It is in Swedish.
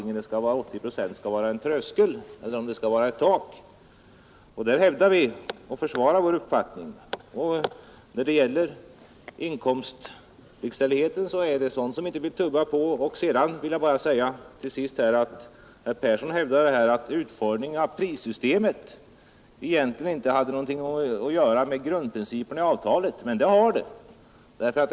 Frågan är alltså om 80 procent skall vara en tröskel eller ett tak. Där hävdar vi och försvarar vår uppfattning. Inkomstlikställigheten är sådant som vi inte tummar på. Herr Persson hävdar att utformningen av prissystemet egentligen inte har något att göra med grundprinciperna i avtalet, men så är det inte.